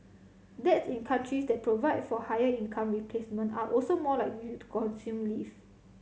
dads in countries that provide for higher income replacement are also more likely to consume leave